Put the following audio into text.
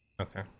Okay